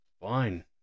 Fine